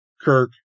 Kirk